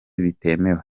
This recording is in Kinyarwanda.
bitemewe